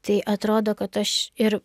tai atrodo kad aš ir